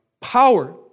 power